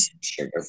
sugar